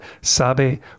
¿Sabe